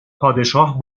پادشاه